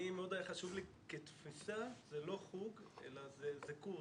מאוד היה חשוב לי כתפיסה, זה לא חוג אלא זה קורס.